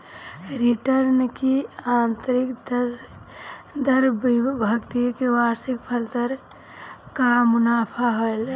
return की आतंरिक दर भविष्य के वार्षिक प्रतिफल दर कअ अनुमान हवे